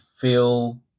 feel